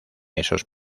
esos